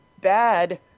bad